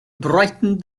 brightened